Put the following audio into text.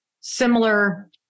similar